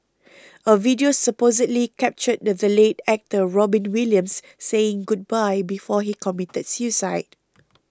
a video supposedly captured the late actor Robin Williams saying goodbye before he committed suicide